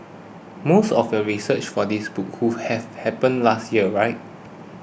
most of your research for this book who have happened last year right